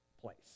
place